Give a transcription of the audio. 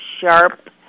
sharp